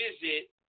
visit